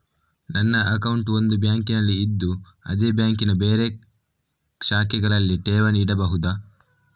ನನ್ನ ಅಕೌಂಟ್ ಒಂದು ಬ್ಯಾಂಕಿನಲ್ಲಿ ಇದ್ದು ಅದೇ ಬ್ಯಾಂಕಿನ ಬೇರೆ ಶಾಖೆಗಳಲ್ಲಿ ಠೇವಣಿ ಇಡಬಹುದಾ?